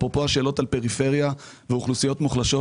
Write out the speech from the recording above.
אפרופו השאלות על פריפריה ואוכלוסיות מוחלשות.